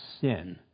sin